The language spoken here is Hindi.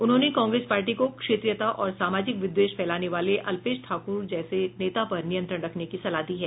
उन्होंने कांग्रेस पार्टी को क्षेत्रीयता और सामाजिक विद्वेष फैलाने वाले अल्पेश ठाकोर जैसे नेता पर नियंत्रण रखने की सलाह दी है